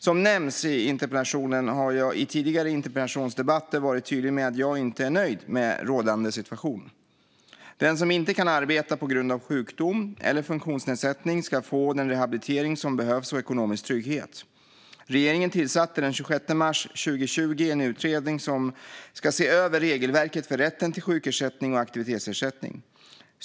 Som nämns i interpellationen har jag i tidigare interpellationsdebatter varit tydlig med att jag inte är nöjd med rådande situation. Den som inte kan arbeta på grund av sjukdom eller funktionsnedsättning ska få den rehabilitering som behövs och ekonomisk trygghet. Regeringen tillsatte den 26 mars 2020 en utredning som ska se över regelverket för rätten till sjukersättning och aktivitetsersättning.